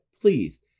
please